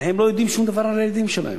לא יודעים שום דבר על הילדים שלהם.